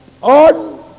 on